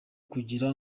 kugira